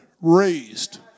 raised